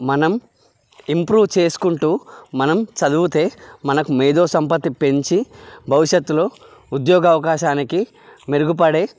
మనం ఇంప్రూవ్ చేసుకుంటూ మనం చదువుతే మనకు మేధోసంపత్తి పెంచి భవిష్యత్తులో ఉద్యోగ అవకాశానికి మెరుగుపడే